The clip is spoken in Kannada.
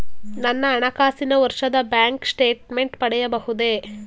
ನನ್ನ ಹಣಕಾಸಿನ ವರ್ಷದ ಬ್ಯಾಂಕ್ ಸ್ಟೇಟ್ಮೆಂಟ್ ಪಡೆಯಬಹುದೇ?